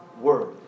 word